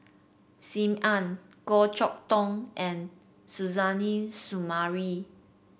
Sim Ann Goh Chok Tong and Suzairhe Sumari